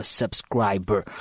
subscriber